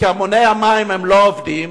כי מוני המים לא עובדים.